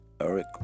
Eric